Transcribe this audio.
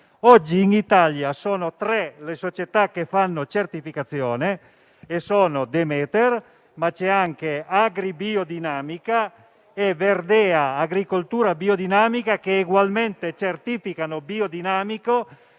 Oggi in Italia sono tre le società che fanno certificazione: oltre a Demeter, vi sono Agribiodinamica e Verdèa biodinamica, che egualmente certificano biodinamico,